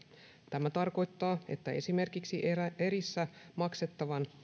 tämä tarkoittaa että esimerkiksi erissä maksettavaan